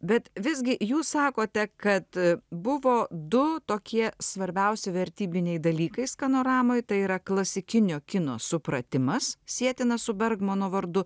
bet visgi jūs sakote kad buvo du tokie svarbiausi vertybiniai dalykai skanoramai tai yra klasikinio kino supratimas sietinas su bergmano vardu